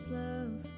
love